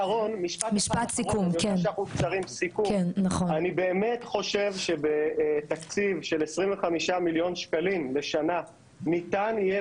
אני באמת חושב שבתקציב של 25 מיליון שקלים לשנה ניתן יהיה